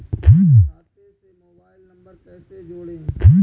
खाते से mobile number कैसे जोड़ें?